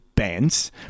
bands